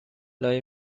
لای